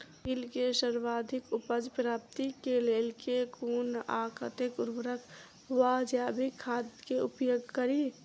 तिल केँ सर्वाधिक उपज प्राप्ति केँ लेल केँ कुन आ कतेक उर्वरक वा जैविक खाद केँ उपयोग करि?